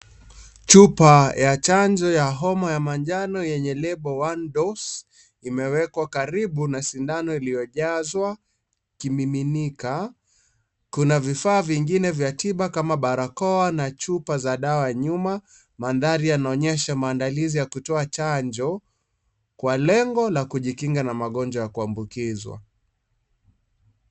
Chupa ya chanjo ya homa ya manjano yenye lebo one dose imewekwa karibu na sindano iliyojazwa ikimiminika. Kuna vifaa vingine vya tiba kama barakoa na Chupa za dawa nyuma. Mandhari yanaonyesha maandalizi ya kutoa chanjo kwa lengo la kujikinga na Magonjwa ya kuambukizwa.